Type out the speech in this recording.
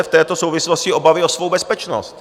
v této souvislosti obavy o svou bezpečnost.